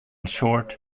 short